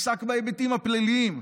עסק בהיבטים הפליליים,